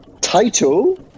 title